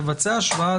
תודה רבה.